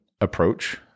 approach